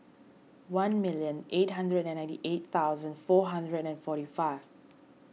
one million eight hundred and ninety eight thousand four hundred and forty five